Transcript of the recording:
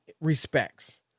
respects